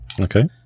Okay